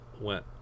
went